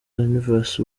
universe